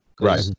Right